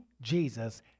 Jesus